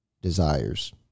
desires